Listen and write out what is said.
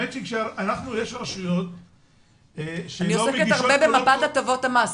אני עוסקת הרבה במפת הטבות המס,